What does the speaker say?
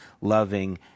loving